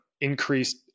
increased